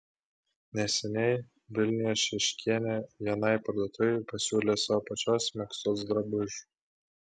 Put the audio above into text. neseniai vilniuje šeškienė vienai parduotuvei pasiūlė savo pačios megztos drabužių